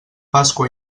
pasqua